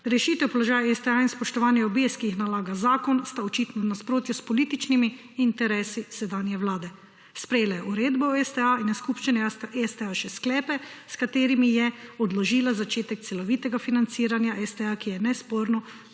Rešitev položaja STA in spoštovanje obvez, ki jih nalaga zakon sta očitno v nasprotju s političnimi interesi sedanje vlade. Sprejela je uredbo o STA in na skupščini STA še sklepe s katerimi je odložila začetek celovitega financiranja STA, ki je nesporno